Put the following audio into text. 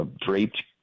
draped